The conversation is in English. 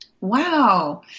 Wow